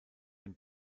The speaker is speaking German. den